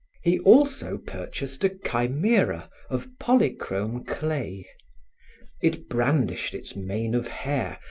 he also purchased a chimera of polychrome clay it brandished its mane of hair,